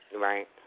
right